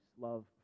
love